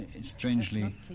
Strangely